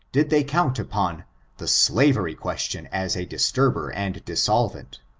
did they count upon the slavery question as a dibturber and dissolvent,